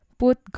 put